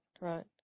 right